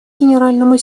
генеральному